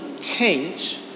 Change